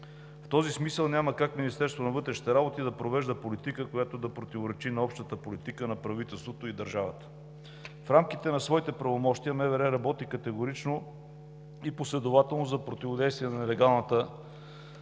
В този смисъл няма как Министерството на вътрешните работи да провежда политика, която да противоречи на общата политика на правителството и държавата. В рамките на своите правомощия МВР работи категорично и последователно за противодействие на нелегалната